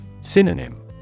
Synonym